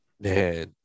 man